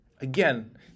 again